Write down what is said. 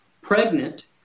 pregnant